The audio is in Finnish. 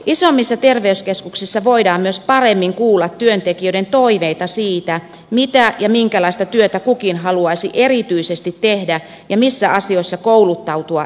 isommissa terveyskeskuksissa voidaan myös paremmin kuulla työntekijöiden toiveita siitä mitä ja minkälaista työtä kukin haluaisi erityisesti tehdä ja missä asioissa kouluttautua eteenpäin